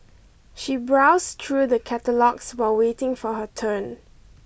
she browse true the catalogues while waiting for her turn